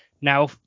Now